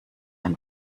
ein